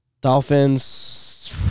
Dolphins